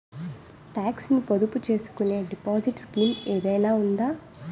Talks ను పొదుపు చేసుకునే డిపాజిట్ స్కీం ఏదైనా ఉందా?